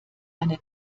eine